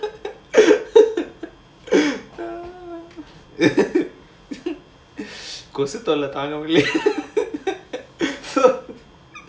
ஆனா சொல்ல முடியுமா இது வரைக்கும் வந்துட்டு சொல்ல முடியல கொசு தொல்ல தாங்க முடியல அதான்:aanaa solla mudiyumaa idhu varaikum vandhutu solla mudiyala kosu tholla thaanga mudiyala adhaan